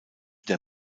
der